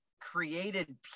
created